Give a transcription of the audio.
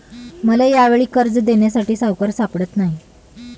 मला यावेळी कर्ज देण्यासाठी सावकार सापडत नाही